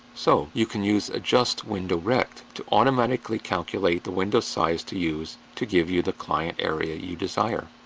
so, you can use adjustwindowrect to automatically calculate the window size to use to give you the client area you desire.